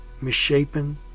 misshapen